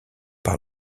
par